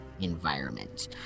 environment